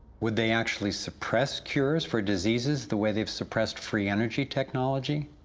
would they actually suppress cures for diseases, the way they suppressed free energy technology?